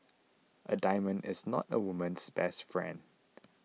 a diamond is not a woman's best friend